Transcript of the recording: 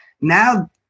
now